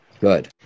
Good